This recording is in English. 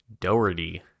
Doherty